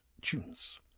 tunes